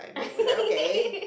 then we were like okay